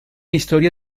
historia